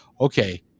okay